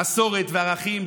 המסורת והערכים.